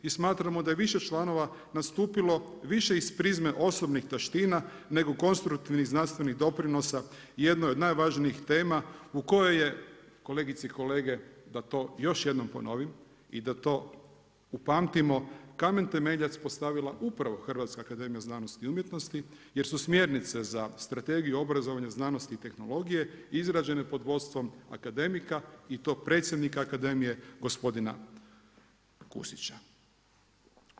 I smatramo da je više članova nastupilo, više iz prizme osobnih taština nego konstruktivnih znanstvenih doprinosa u jednoj od najvažnijih tema u kojoj je, kolegice i kolege da to još jednom ponovim i da to upamtimo kamen temeljac postavila upravo HAZU jer su smjernice za Strategiju obrazovanja, znanosti i tehnologije izrađene pod vodstvom akademika i to predsjednika Akademije, gospodina Kusića.